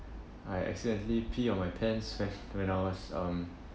I accidentally pee on my pants when when I was um